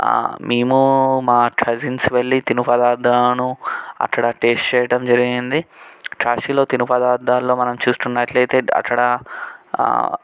మేము మా కజిన్స్ వెళ్ళి తిని పదార్థాలను అక్కడ టేస్ట్ చేయటం జరిగింది కాశీలో తిను పదార్థాలను మనం చూస్తున్నట్లయితే అక్కడ